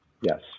yes